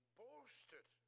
boasted